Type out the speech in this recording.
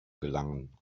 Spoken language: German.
gelangen